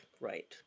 Right